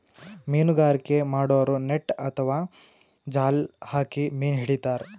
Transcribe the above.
ಮೀನ್ಗಾರಿಕೆ ಮಾಡೋರು ನೆಟ್ಟ್ ಅಥವಾ ಜಾಲ್ ಹಾಕಿ ಮೀನ್ ಹಿಡಿತಾರ್